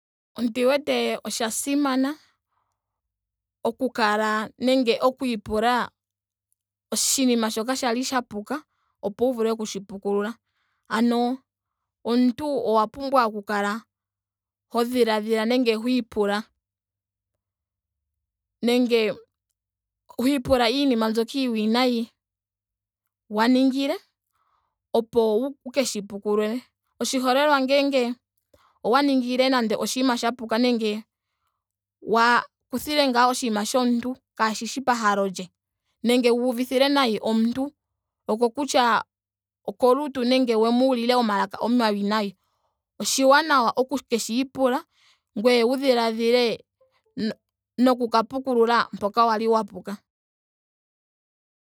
Ondi weta osha simana oku kala nenge oku ipula oshinima shoka kwali sha puka. opo wu vule okushi pukulula. Ano omuntu owa pumbwa oku kala ho dhiladhila nenge ho ipula nege ho ipula iinima mbyoka iiwinayi wa ningile opo wukeshi pukulule. oshiholelwa ngele owa ningile nando oshinima sha puka nenge wa kuthile ngaa oshinima shomuntu kaashishi pahalo lye nenge wuuvithile nayi omuntu. okokutya okulutu nenge wemu ulile omalaka omawinayi. oshaanawa oku keshi ipula ngoye wu dhiladhile no- noku ka pukulula mpoka wali wa puka